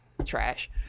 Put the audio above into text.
Trash